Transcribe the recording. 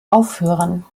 aufhören